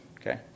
okay